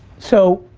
so,